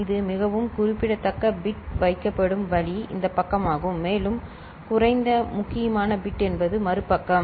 இது மிகவும் குறிப்பிடத்தக்க பிட் வைக்கப்படும் வழி இந்த பக்கமாகும் மேலும் குறைந்த முக்கியமான பிட் என்பது மறுபக்கம்